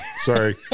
Sorry